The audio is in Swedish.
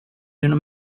någon